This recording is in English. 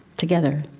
together,